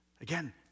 again